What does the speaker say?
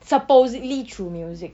supposedly through music